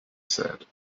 said